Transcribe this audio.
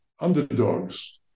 underdogs